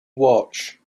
watch